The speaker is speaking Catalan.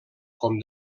com